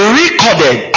recorded